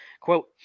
Quote